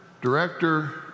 director